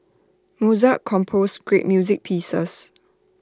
Mozart composed great music pieces